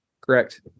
Correct